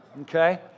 Okay